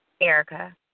Erica